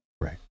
Right